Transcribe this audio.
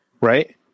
Right